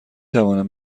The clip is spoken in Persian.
توانم